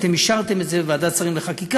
אתם אישרתם את זה בוועדת שרים לחקיקה,